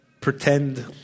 pretend